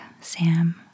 Sam